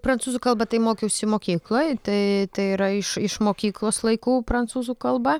prancūzų kalbą tai mokiausi mokykloj tai tai yra iš iš mokyklos laikų prancūzų kalba